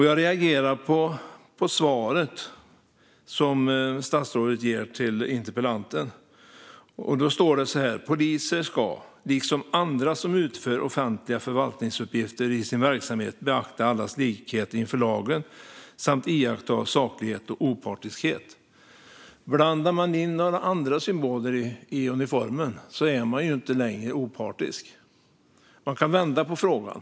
Jag reagerar på svaret som statsrådet ger interpellanten. Han säger att poliser, liksom andra som utför offentliga förvaltningsuppgifter i sin verksamhet, ska beakta allas likhet inför lagen samt iaktta saklighet och opartiskhet. Om man blandar in andra symboler i uniformen är man inte längre opartisk. Man kan vända på frågan.